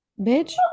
bitch